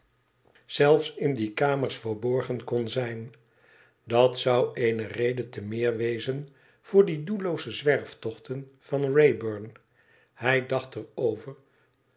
zelfe in die kamers verborgen kon zijn dat zou eene rede te meer wezen voor die doellooze zwerftochten van wrayburn hij dacht er over